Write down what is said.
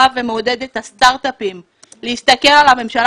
בא ומעודד את הסטרטאפים להסתכל על הממשלה